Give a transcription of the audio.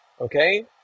Okay